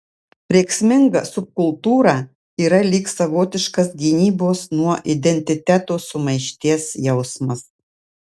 rėksminga subkultūra yra lyg savotiškas gynybos nuo identiteto sumaišties jausmas